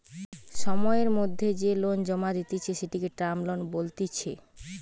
সময়ের মধ্যে যে লোন জমা দিতেছে, সেটিকে টার্ম লোন বলতিছে